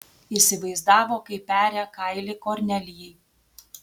įsivaizdavo kaip peria kailį kornelijai